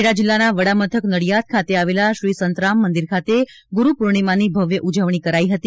ખેડા જિલ્લાના વડામથક નડિયાદ ખાતે આવેલા શ્રી સંતરામ મંદિર ખાતે ગુરુપૂર્ણિમાની ભવ્ય ઉજવણી કરાઇ હતી